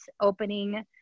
opening